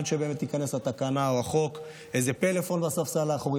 עד שתיכנס התקנה או החוק: איזה פלאפון בספסל האחורי,